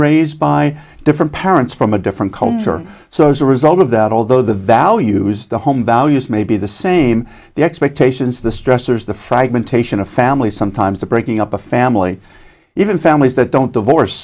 raised by different parents from a different culture so result of that although the values the home values may be the same the expectations the stressors the fragmentation of family sometimes the breaking up of family even families that don't divorce